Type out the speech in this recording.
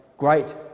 Great